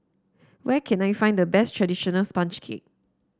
where can I find the best traditional sponge cake